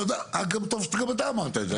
טוב שגם אתה אמרת את זה,